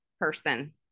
person